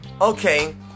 okay